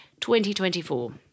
2024